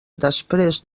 després